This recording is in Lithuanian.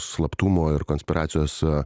slaptumo ir konspiracijos